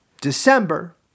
December